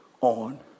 on